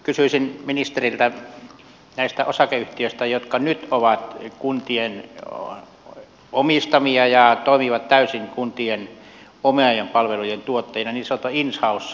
kysyisin ministeriltä näistä osakeyhtiöistä jotka nyt ovat kuntien omistamia ja toimivat täysin kuntien omien palvelujen tuottajina niin sanotuista in house yhtiöistä